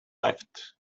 left